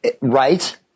Right